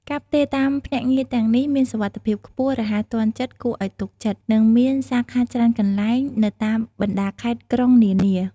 ការផ្ទេរតាមភ្នាក់ងារទាំងនេះ មានសុវត្ថិភាពខ្ពស់ រហ័សទាន់ចិត្ត គួរឱ្យទុកចិត្ត និងមានសាខាច្រើនកន្លែងនៅតាមបណ្ដាខេត្តក្រុងនានា។